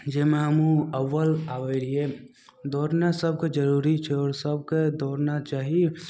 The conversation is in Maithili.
जाहिमे हमहुँ अब्बल आबय रहियै दौड़नाइ सबके जरूरी छै आओर सबके दौड़ना चाही